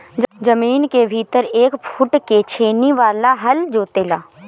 जमीन के भीतर एक फुट ले छेनी वाला हल जोते ला